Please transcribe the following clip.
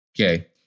Okay